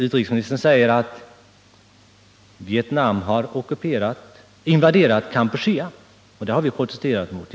Utrikesministern säger att Vietnam har invaderat Kampuchea och att Sverige har protesterat mot det.